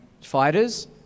fighters